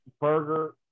burger